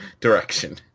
direction